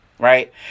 right